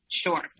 Sure